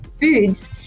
foods